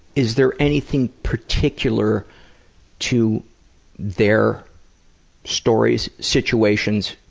is there anything particular to their stories, situations,